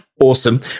Awesome